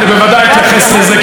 אני בוודאי אתייחס.